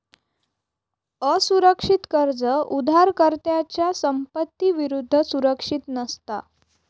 असुरक्षित कर्ज उधारकर्त्याच्या संपत्ती विरुद्ध सुरक्षित नसता